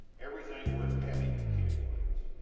everything worth having accumulates.